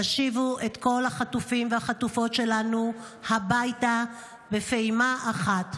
תשיבו את כל החטופים והחטופות שלנו הביתה בפעימה אחת.